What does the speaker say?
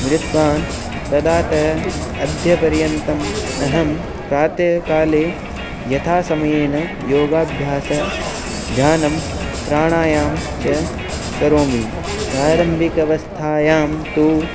मृतवान् तदातः अद्य पर्यन्तम् अहं प्रातःकाले यथा समयेन योगाभ्यासः ध्यानं प्राणायामः च करोमि प्रारम्भिकवस्थायां तु